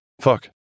Fuck